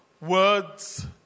words